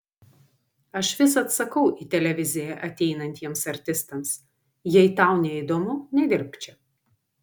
aš visad sakau į televiziją ateinantiems artistams jei tau neįdomu nedirbk čia